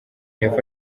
yafashe